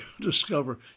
discover